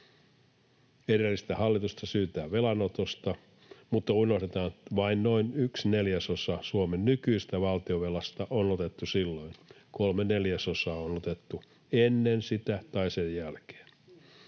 Edellistä hallitusta syytetään velanotosta, mutta unohdetaan, että vain noin yksi neljäsosa Suomen nykyisestä valtionvelasta on otettu silloin, kolme neljäsosaa on otettu ennen sitä tai sen jälkeen.